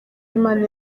imana